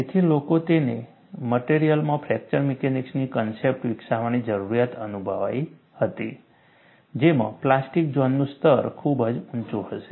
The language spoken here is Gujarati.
તેથી લોકોને મટિરિયલ્સમાં ફ્રેક્ચર મિકેનિક્સની કન્સેપ્ટ્સ વિકસાવવાની જરૂરિયાત અનુભવાઈ હતી જેમાં પ્લાસ્ટિક ઝોનનું સ્તર ખુબજ ઊંચું હશે